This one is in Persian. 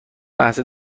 لحظه